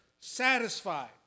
satisfied